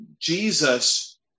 Jesus